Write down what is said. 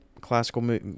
classical